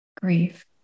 grief